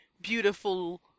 beautiful